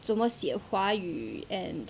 怎么写华语 and